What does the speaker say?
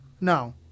No